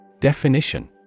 Definition